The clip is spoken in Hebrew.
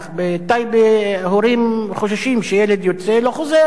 בטייבה הורים חוששים שילד יוצא, לא חוזר.